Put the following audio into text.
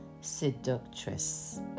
seductress